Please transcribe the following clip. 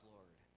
Lord